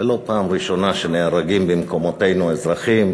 זו לא פעם ראשונה שנהרגים במקומותינו אזרחים.